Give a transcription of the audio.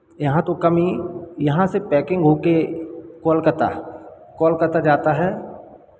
यहाँ तो कम ही यहाँ से पैकिंग होके कोलकाता कोलकाता जाता है